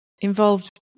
involved